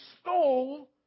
stole